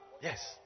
Yes